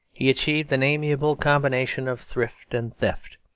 he achieved an amiable combination of thrift and theft.